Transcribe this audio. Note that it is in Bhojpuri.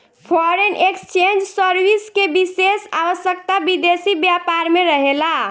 फॉरेन एक्सचेंज सर्विस के विशेष आवश्यकता विदेशी व्यापार में रहेला